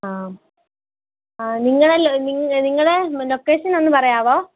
ആ ആ നിങ്ങളെ നിങ്ങളെ ലൊക്കേഷൻ ഒന്ന് പറയാമോ